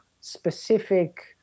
specific